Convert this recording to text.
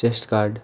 chest guard